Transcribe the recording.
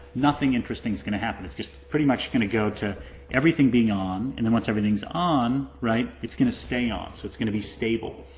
nothing interesting is going to happen. it's just pretty much going to go to everything being on and then once everything's on, right, it's going to stay on, so going to be stable.